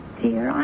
dear